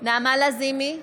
נעמה לזימי,